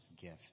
gift